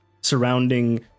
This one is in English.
surrounding